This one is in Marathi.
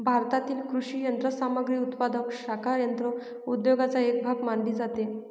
भारतातील कृषी यंत्रसामग्री उत्पादक शाखा यंत्र उद्योगाचा एक भाग मानली जाते